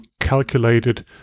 calculated